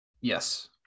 Yes